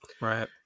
Right